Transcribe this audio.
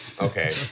Okay